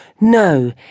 No